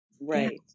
right